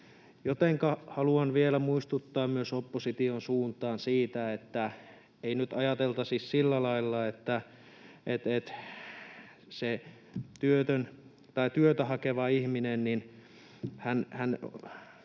Haluan vielä muistuttaa myös opposition suuntaan siitä, että ei nyt ajateltaisi sillä lailla, että se työtön tai työtä hakeva ihminen haluaisi